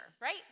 right